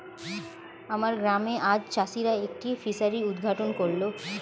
আমার গ্রামে আজ চাষিরা একটি ফিসারি উদ্ঘাটন করল